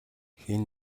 хэн